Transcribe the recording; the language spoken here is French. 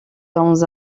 dans